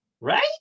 Right